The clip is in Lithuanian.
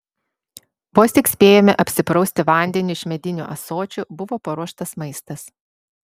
vos tik spėjome apsiprausti vandeniu iš medinių ąsočių buvo paruoštas maistas